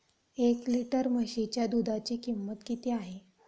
एक लिटर म्हशीच्या दुधाची किंमत किती आहे?